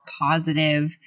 positive